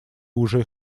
уже